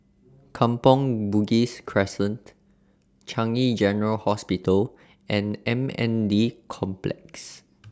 Kampong Bugis Crescent Changi General Hospital and M N D Complex